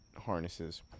harnesses